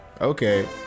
Okay